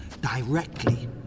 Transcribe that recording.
directly